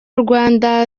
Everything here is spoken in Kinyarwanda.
rwanda